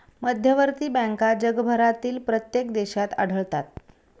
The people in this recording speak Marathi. मध्यवर्ती बँका जगभरातील प्रत्येक देशात आढळतात